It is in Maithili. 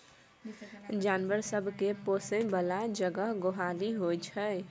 जानबर सब केँ पोसय बला जगह गोहाली होइ छै